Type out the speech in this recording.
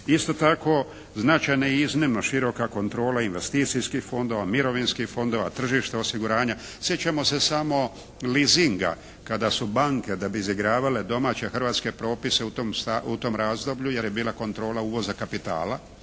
Isto tako značajne izmjene, široka kontrola investicijskih fondova, mirovinskih fondova, tržište osiguranja, sjećamo se samo leasinga kada su banke da bi izigravale domaće hrvatske propise u tom razdoblju, jer je bila kontrola uvoza kapitala